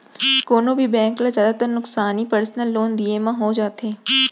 कोनों भी बेंक ल जादातर नुकसानी पर्सनल लोन दिये म हो जाथे